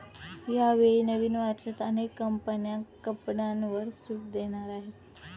यावेळी नवीन वर्षात अनेक कंपन्या कपड्यांवर सूट देणार आहेत